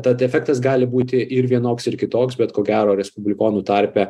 tad efektas gali būti ir vienoks ir kitoks bet ko gero respublikonų tarpe